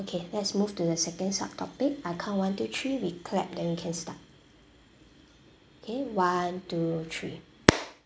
okay let's move to the second sub topic I count one two three we clap then we can start okay one two three